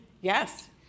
Yes